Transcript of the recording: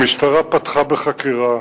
המשטרה פתחה בחקירה,